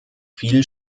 viel